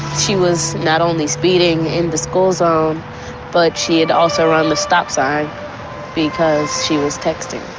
she was not only speeding in the school zone but she had also run the stop sign because she was texting.